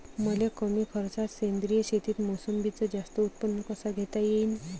मले कमी खर्चात सेंद्रीय शेतीत मोसंबीचं जास्त उत्पन्न कस घेता येईन?